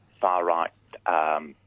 far-right